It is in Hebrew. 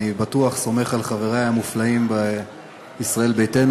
אני בטוח סומך על חברי המופלאים בישראל ביתנו.